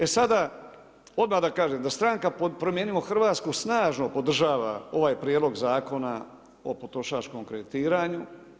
E sada odmah da kažem da stranka Promijenimo Hrvatsku snažno podržava ovaj Prijedlog zakona o potrošačkom kreditiranju.